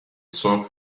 صبح